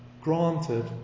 granted